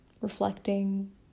Reflecting